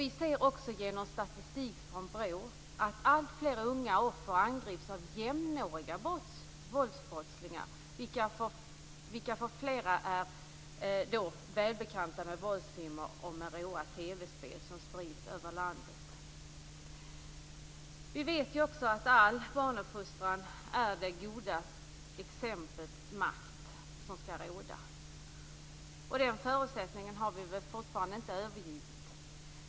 Vi ser också genom statistik från BRÅ att alltfler unga offer angrips av jämnåriga våldsbrottslingar, av vilka flera är välbekanta med våldsfilmer och med råa TV-spel som sprids över landet. Vi vet också att det i all barnuppfostran är det goda exemplets makt som skall råda. Den förutsättningen har vi väl fortfarande inte övergivit.